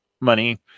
money